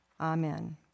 amen